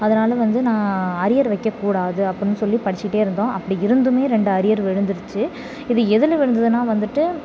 அதனாலே வந்து நான் அரியர் வைக்கக்கூடாது அப்படினு சொல்லி படிச்சுகிட்டே இருந்தோம் அப்படி இருந்தும் ரெண்டு அரியர் விழுந்துரிச்சு இது எதில் விழுந்ததுனா வந்துவிட்டு